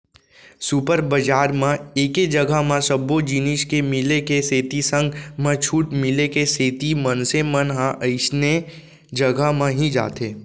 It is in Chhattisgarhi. सुपर बजार म एके जघा म सब्बो जिनिस के मिले के सेती संग म छूट मिले के सेती मनसे मन ह अइसने जघा म ही जाथे